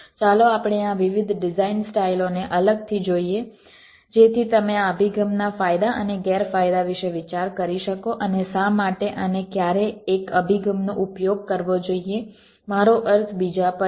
ચાલો આપણે આ વિવિધ ડિઝાઇન સ્ટાઇલઓને અલગથી જોઈએ જેથી તમે આ અભિગમના ફાયદા અને ગેરફાયદા વિશે વિચાર કરી શકો અને શા માટે અને ક્યારે એક અભિગમનો ઉપયોગ કરવો જોઈએ મારો અર્થ બીજા પર છે